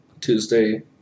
Tuesday